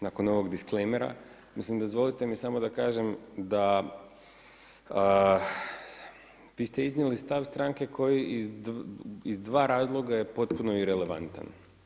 Nakon ovog disclamera, mislim dozvolite mi samo da kažem da vi ste iznijeli stav stranke koji iz dva razloga je potpuno irelevantan.